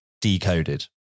Decoded